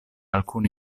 alcuni